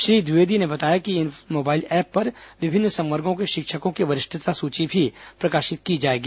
श्री द्विवेदी ने बताया कि इस मोबाइल ऐप पर विभिन्न संवर्गो के शिक्षकों की वरिष्ठता सूची भी प्रकाशित की जाएगी